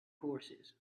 horses